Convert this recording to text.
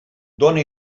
dóna